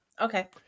okay